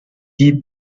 die